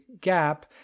gap